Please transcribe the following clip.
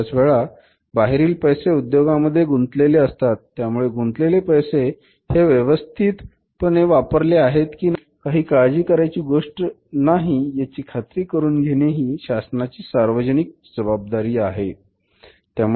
बऱ्याच वेळा बाहेरील पैसे उद्योगामध्ये गुंतलेले असतात त्यामुळे गुंतलेले पैसे हे व्यवस्थितपणे वापरले आहेत की नाही आणि त्याबद्दल काही काळजी करायची गोष्ट नाही याची खात्री करून घेणे ही शासनाची सार्वजनिक जबाबदारी आहे